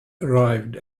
arrived